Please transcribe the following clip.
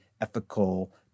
ethical